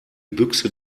büchse